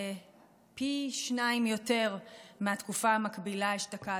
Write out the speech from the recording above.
זה פי שניים יותר מהתקופה המקבילה אשתקד.